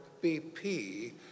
BP